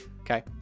Okay